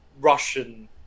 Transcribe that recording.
russian